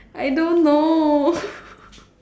I don't know